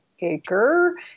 acre